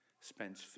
spends